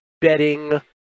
betting